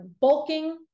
bulking